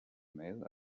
mail